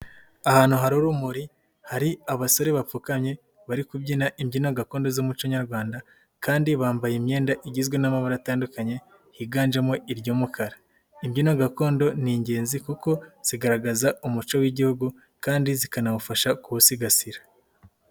Ahantu hari urumuri, hari abasore bapfukamye bari kubyina imbyino gakondo z'umuco Nyarwanda kandi bambaye imyenda igizwe n'amabara atandukanye higanjemo iry'umukara, imbyino gakondo ni ingenzi kuko zigaragaza umuco w'Igihugu kandi zikanawufasha kuwusigasira.